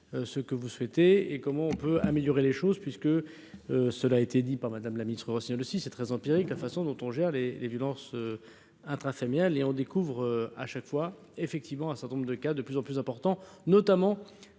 ce que vous souhaitez et comment on peut améliorer les choses, puisque cela a été dit par Madame la ministre Roselyne aussi c'est très empirique, la façon dont on gère les les violences intrafamiliales et on découvre à chaque fois, effectivement, un certain nombre de cas de plus en plus importants, notamment